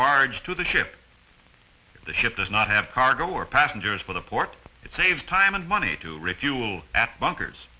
barge to the ship the ship does not have cargo or passengers for the port it saves time and money to refuel at bunkers